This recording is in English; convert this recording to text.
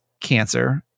cancer